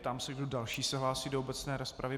Ptám se, kdo další se hlásí do obecné rozpravy.